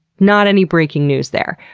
not any breaking news there.